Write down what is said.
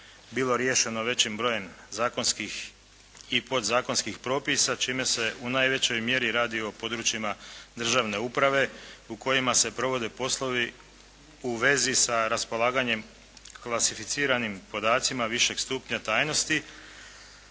bilo riješeno većim brojem zakonskih i podzakonskih propisa, čime se u najvećoj mjeri radi o područjima državne uprave u kojima se provode poslovi u vezi sa raspolaganjem klasificiranim podacima višeg stupnja tajnosti.